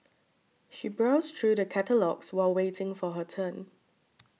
she browsed through the catalogues while waiting for her turn